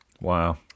Wow